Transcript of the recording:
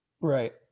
Right